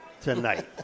tonight